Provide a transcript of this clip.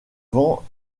vents